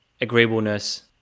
agreeableness